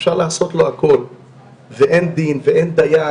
שאפשר לעשות לו הכול ואין דין ואין דיין